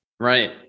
Right